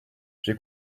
j’ai